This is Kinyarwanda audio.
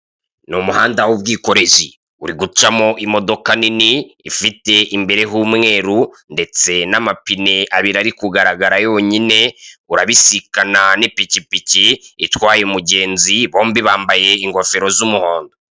Ni umuhanda w'ubwikorezi uri gucamo imodoka nini ifite imbereh'umweru ndetse n'amapine abiri ari kugaragara yonyine, urabisikana n'ipikipiki itwaye umugenzi bombi bambaye ingofero z'umuhondo.